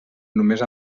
només